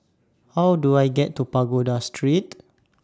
How Do I get to Pagoda Street